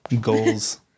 goals